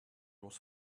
was